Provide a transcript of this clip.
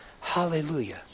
Hallelujah